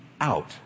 out